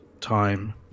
time